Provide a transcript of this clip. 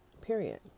period